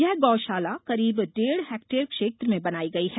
यह गौशाला करीब डेढ़ हेक्टेयर क्षेत्र में बनाई गई है